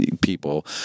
people